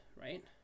right